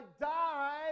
die